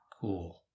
cool